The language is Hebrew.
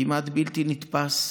כמעט בלתי נתפס,